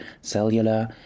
cellular